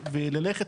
וללכת,